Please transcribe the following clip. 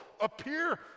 appear